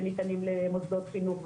שניתנים למוסדות חינוך,